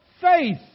faith